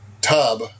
tub